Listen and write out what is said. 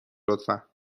لطفا